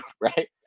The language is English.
Right